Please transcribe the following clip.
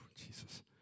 Jesus